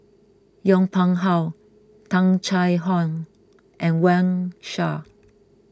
Yong Pung How Tung Chye Hong and Wang Sha